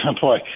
boy